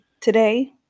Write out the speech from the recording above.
today